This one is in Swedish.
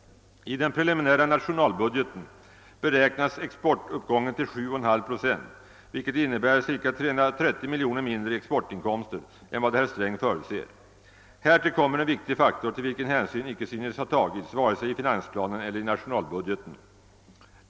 I den preliminära nationalbudgeten beräknas exportuppgången till 7,5 procent, vilket innebär cirka 330 miljoner kronor mindre i exportinkomster än vad herr Sträng förutser. Härtill kommer en viktig faktor, till vilken hänsyn icke synes ha tagits vare sig i finansplanen eller i nationalbudgeten.